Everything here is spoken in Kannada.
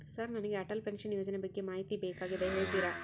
ಸರ್ ನನಗೆ ಅಟಲ್ ಪೆನ್ಶನ್ ಯೋಜನೆ ಬಗ್ಗೆ ಮಾಹಿತಿ ಬೇಕಾಗ್ಯದ ಹೇಳ್ತೇರಾ?